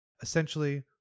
Essentially